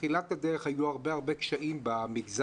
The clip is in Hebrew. בתחילת הדרך היו הרבה מאוד קשיים במגזר